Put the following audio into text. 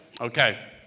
Okay